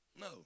No